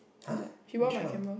[huh] which one